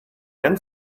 then